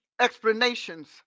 explanations